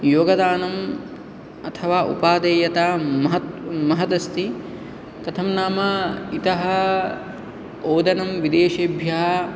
योगदानम् अथवा उपादेयतां महत् महदस्ति कथं नाम इतः ओदनं विदेशेभ्यः